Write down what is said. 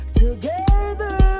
together